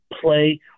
play